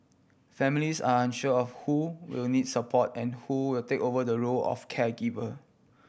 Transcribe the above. families are unsure of who will need support and who will take over the role of caregiver